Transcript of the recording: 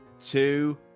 two